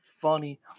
funny